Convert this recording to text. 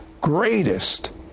greatest